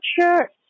sure